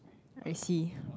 I see